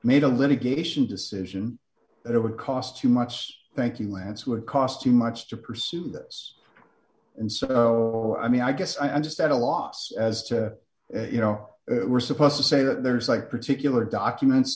made a litigation decision that it would cost too much thank you lance would cost too much to pursue this and so i mean i guess i'm just at a loss as to you know we're supposed to say that there's like particular documents